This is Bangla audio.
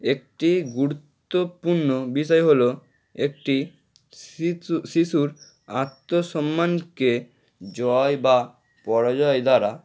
একটি গুরুত্বপূর্ণ বিষয় হলো একটি শিশু শিশুর আত্মসম্মানকে জয় বা পরাজয় দ্বারা